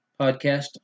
podcast